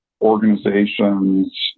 organizations